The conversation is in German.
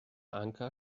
anker